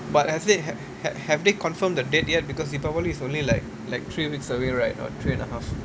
but have they ha~ ha~ have they confirmed the date yet because deepavali is only like like three weeks away right or three and a half